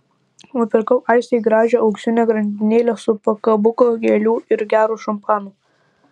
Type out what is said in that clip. nupirkau aistei gražią auksinę grandinėlę su pakabuku gėlių ir gero šampano